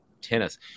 tennis